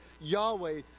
Yahweh